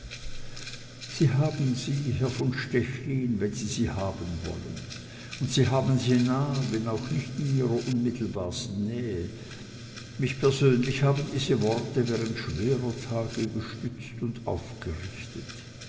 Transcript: sie haben sie herr von stechlin wenn sie sie haben wollen und sie haben sie nah wenn auch nicht in ihrer unmittelbarsten nähe mich persönlich haben diese worte während schwerer tage gestützt und aufgerichtet